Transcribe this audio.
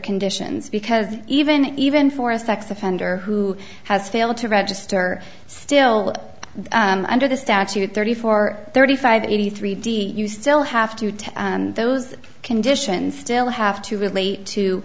conditions because even even for a sex offender who has failed to register still under the statute thirty four thirty five eighty three d you still have to take those conditions still have to relate to